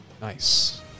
Nice